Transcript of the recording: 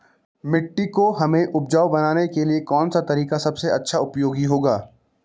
मिट्टी को हमें उपजाऊ बनाने के लिए कौन सा तरीका सबसे अच्छा उपयोगी होगा?